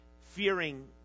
fearing